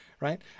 Right